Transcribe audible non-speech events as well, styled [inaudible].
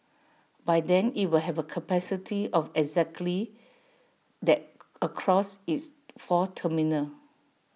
by then IT will have A capacity of exactly that [noise] across its four terminals